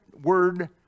word